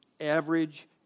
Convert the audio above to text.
average